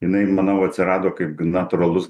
jinai manau atsirado kaip natūralus